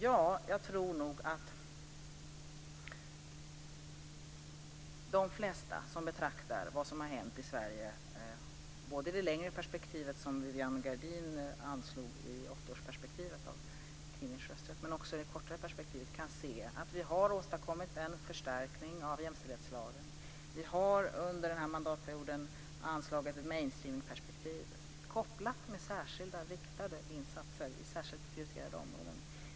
Ja, jag tror nog att de flesta som betraktar vad som har hänt i Sverige, både i det längre perspektiv som Vivianne Gerdin anslog, 80-årsperspektivet och kvinnors rösträtt, men också i det kortare perspektivet, kan se att vi har åstadkommit en förstärkning av jämställdhetslagen. Vi har under den här mandatperioden anslagit ett mainstream-perspektiv kopplat till särskilda riktade insatser i särskilt prioriterade områden.